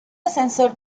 ascensor